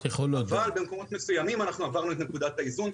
אבל במקומות מסוימים אנחנו עברנו את נקודת האיזון,